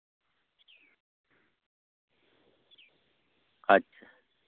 ᱟᱪᱪᱷᱟ